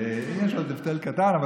יש עוד הבדל קטן,